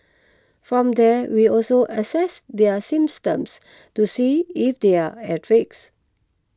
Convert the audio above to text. from there we'll also assess their symptoms to see if they're at risk